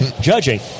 Judging